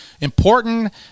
Important